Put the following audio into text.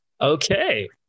Okay